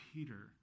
Peter